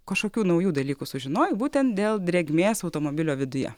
kažkokių naujų dalykų sužinojai būtent dėl drėgmės automobilio viduje